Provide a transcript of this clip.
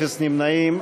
אפס נמנעים.